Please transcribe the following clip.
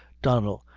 donnel,